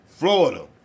Florida